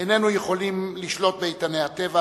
איננו יכולים לשלוט באיתני הטבע,